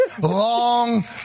long